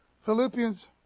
philippians